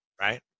right